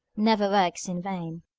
never works in vain.